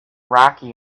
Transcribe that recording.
rocky